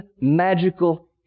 magical